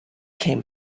came